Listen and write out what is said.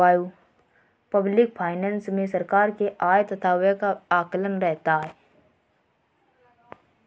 public finance मे सरकार के आय तथा व्यय का आकलन रहता है